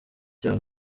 cyabo